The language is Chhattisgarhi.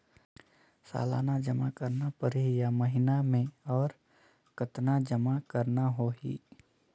सालाना जमा करना परही या महीना मे और कतना जमा करना होहि?